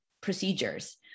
procedures